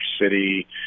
City